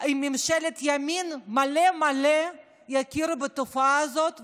עם ממשלת ימין מלא מלא יכירו בתופעה הזאת,